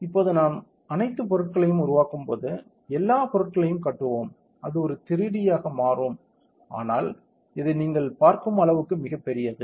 இப்போது நாம் அனைத்து பொருட்களையும் உருவாக்கும்போது எல்லாப் பொருட்களையும் கட்டுவோம் அது ஒரு 3D ஆக மாறும் ஆனால் இது நீங்கள் பார்க்கும் அளவுக்கு மிகப் பெரியது